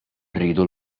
rridu